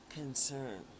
concern